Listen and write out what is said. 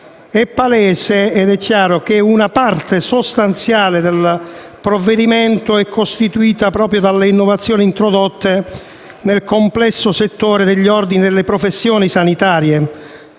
È palese che una parte sostanziale del provvedimento è costituita proprio dalle innovazioni introdotte nel complesso settore degli ordini delle professioni sanitarie